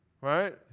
Right